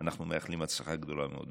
אנחנו מאחלים הצלחה גדולה מאוד,